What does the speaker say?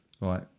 Right